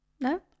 No